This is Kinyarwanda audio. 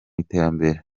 iterambere